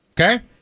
Okay